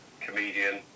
comedian